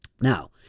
now